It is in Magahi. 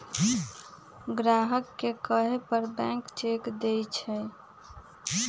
ग्राहक के कहे पर बैंक चेक देई छई